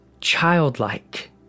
childlike